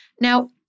Now